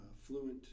Fluent